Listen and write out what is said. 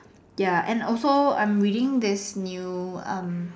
ya and also I'm reading this new um